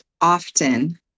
often